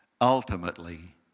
ultimately